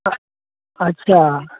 अच्छा